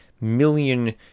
million